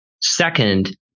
Second